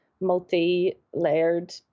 multi-layered